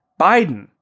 Biden